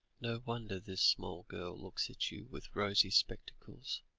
no wonder this small girl looks at you with rosy spectacles,